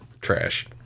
Trash